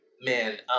Man